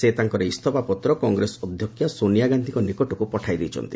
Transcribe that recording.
ସେ ତାଙ୍କର ଇସ୍ତଫା ପତ୍ର କଂଗ୍ରେସ ଅଧ୍ୟକ୍ଷା ସୋନିଆ ଗାନ୍ଧିଙ୍କ ନିକଟକୁ ପଠାଇ ଦେଇଛନ୍ତି